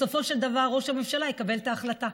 בסופו של דבר ראש הממשלה יקבל את ההחלטה.